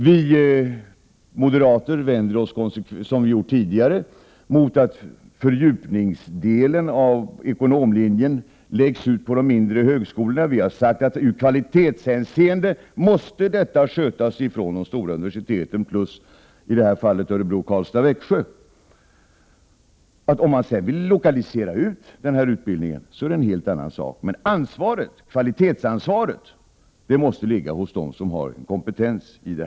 Vi moderater vänder oss mot att fördjupningsdelen av ekonomlinjen läggs ut på de mindre högskolorna, vilket vi också tidigare har gjort. Av hänsyn till kvaliteéten måste detta skötas av de stora universiteten samt högskolorna i Örebro, Karlstad och Växjö. Om man sedan vill utlokalisera utbildningen är det en helt annan sak, men kvaliteétsansvaret måste ligga hos dem som har kompetens.